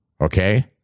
okay